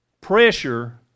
pressure